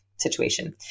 Situation